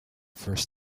first